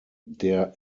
der